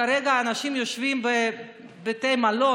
כרגע אנשים יושבים בבתי מלון.